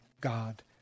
God